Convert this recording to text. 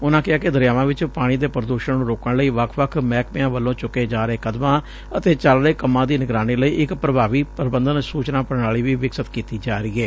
ਉਨੂਾ ਕਿਹਾ ਕਿ ਦਰਿਆਵਾਂ ਵਿਚ ਪਾਣੀ ਦੇ ਪ੍ਰਦੁਸ਼ਣ ਨੂੰ ਰੋਕਣ ਲਈ ਵੱਖ ਵੱਖ ਮਹਿਕਮਿਆਂ ਵੱਲੋਂ ਚੁਕੇ ਜਾ ਰਹੇ ਕਦਮਾਂ ਅਤੇ ਚਲ ਰਹੇ ਕੰਮਾਂ ਦੀ ਨਿਗਰਾਨੀ ਲਈ ਇਕ ਪ੍ਰਭਾਵੀ ਪ੍ਰਬੰਧਨ ਸੁਚਨਾ ਪੂਣਾਲੀ ਵੀ ਵਿਕਸਤ ਕੀਤੀ ਜਾ ਰਹੀ ਏ